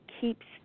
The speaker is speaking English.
keeps